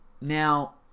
Now